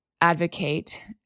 advocate